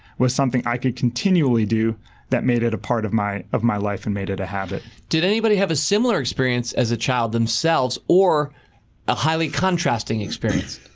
was something i could continually do that made it a part of my of my life and made it a habit. gardner did anybody have a similar experience as a child, themselves, or a highly contrasting experience?